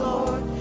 Lord